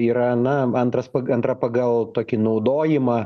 yra na antras antra pagal tokį naudojimą